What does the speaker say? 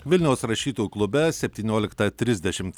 vilniaus rašytojų klube septynioliktą trisdešimt